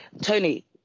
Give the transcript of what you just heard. Tony